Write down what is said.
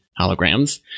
holograms